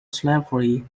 slavery